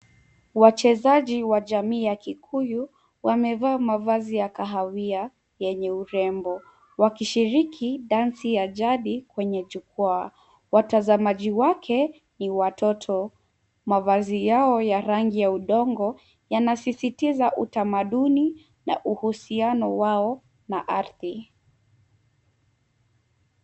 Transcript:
Wachezaji wa jamii ya Kikuyu wamevaa mavazi ya kahawia yenye urembo wakishiriki dansi ya jadi kwenye jukwaa. Watazamaji wake ni watoto. Mavazi yao ya rangi ya udongo yanasisitiza utamaduni na uhusiano wao na ardhi.